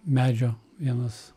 medžio vienas